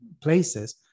places